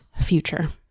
future